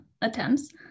attempts